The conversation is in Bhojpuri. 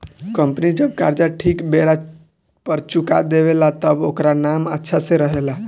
कंपनी जब कर्जा ठीक बेरा पर चुका देवे ला तब ओकर नाम अच्छा से रहेला